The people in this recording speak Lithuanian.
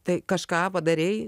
tai kažką padarei